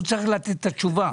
הוא צריך לתת את התשובה.